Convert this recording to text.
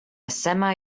semi